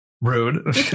Rude